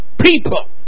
people